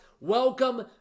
welcome